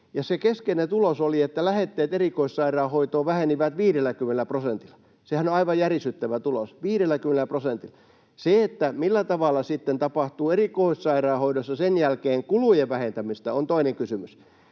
keskeinen tulos oli, että lähetteet erikoissairaanhoitoon vähenivät 50 prosentilla. Sehän on aivan järisyttävä tulos — 50 prosentilla. Se, millä tavalla sitten tapahtuu erikoissairaanhoidossa sen jälkeen kulujen vähentämistä, on toinen kysymys.